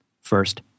First